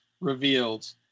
revealed